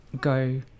go